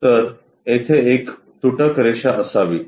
तर येथे एक तुटक रेषा असावी